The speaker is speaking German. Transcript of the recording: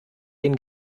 den